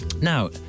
Now